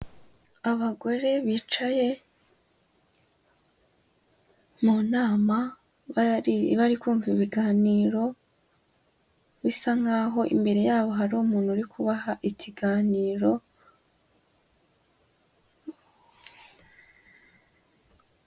Abagore bicaye mu nama bari kumva ibiganiro, bisa nkaho imbere yabo hari umuntu uri kubaha ikiganiro.